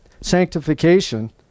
sanctification